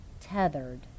tethered